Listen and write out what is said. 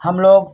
हमलोग